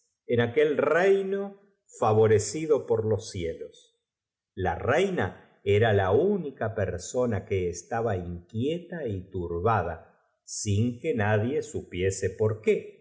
en aquel reino favorecido por los cielos la raina era la única persona que estaba inquieta y turbada sin que nadie supiese por qué